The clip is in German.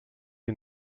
ihn